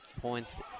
points